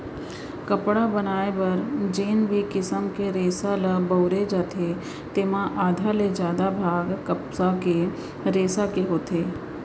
कपड़ा बनाए बर जेन भी किसम के रेसा ल बउरे जाथे तेमा आधा ले जादा भाग कपसा के रेसा के होथे